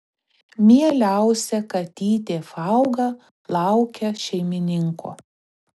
mieliausia katytė fauga laukia šeimininko